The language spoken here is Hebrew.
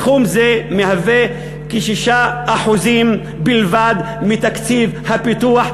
סכום זה מהווה כ-6% בלבד מתקציב הפיתוח,